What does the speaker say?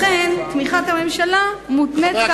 לכן תמיכת הממשלה מותנית,